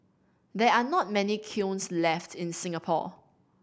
there are not many kilns left in Singapore